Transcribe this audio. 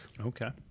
Okay